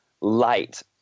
Light